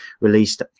released